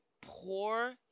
poor